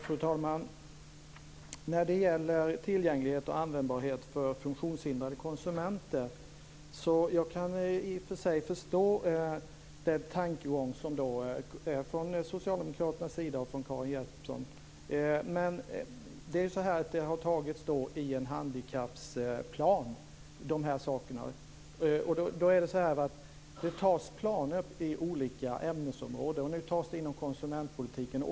Fru talman! När det gäller tillgänglighet och användbarhet för funktionshindrade konsumenter kan jag i och för sig förstå tankegången från Socialdemokraternas och Karin Jeppssons sida. Dessa frågor har tagits upp i en handikapplan. Det antas planer i olika ämnesområden. Nu antas planer inom konsumentpolitiken.